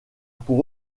pour